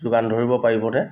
যোগান ধৰিব পাৰিবনে